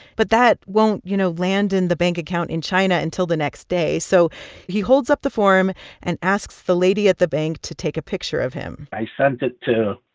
but that won't, you know, land in the bank account in china until the next day. so he holds up the form and asks the lady at the bank to take a picture of him i sent it to